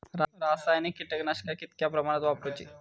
रासायनिक कीटकनाशका कितक्या प्रमाणात वापरूची?